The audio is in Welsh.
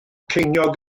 ceiniog